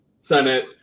Senate